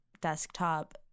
desktop